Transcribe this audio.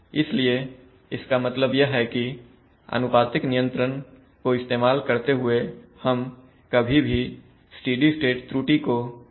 इसलिए इसका मतलब यह है कि अनुपातिक नियंत्रण को इस्तेमाल करते हुए हम कभी भी स्टेडी स्टेट त्रुटि को 0 नहीं बना सकते है